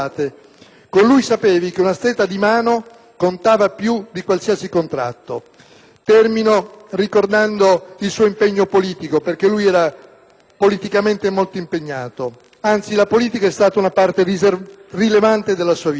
Con lui sapevi che una stretta di mano contava più di qualsiasi contratto. Termino ricordando il suo impegno politico, perché Caracciolo era politicamente molto impegnato. Anzi la politica è stata una parte rilevante della sua vita.